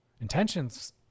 Intention's